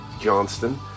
Johnston